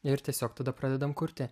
ir tiesiog tada pradedam kurti